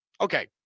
Okay